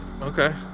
okay